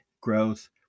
growth